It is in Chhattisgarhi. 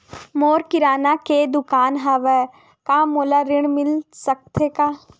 मोर किराना के दुकान हवय का मोला ऋण मिल सकथे का?